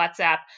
WhatsApp